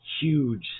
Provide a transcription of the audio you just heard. huge